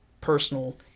personal